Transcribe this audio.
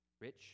Rich